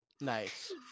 Nice